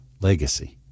legacy